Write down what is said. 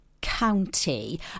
county